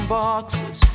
boxes